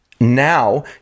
Now